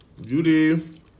Judy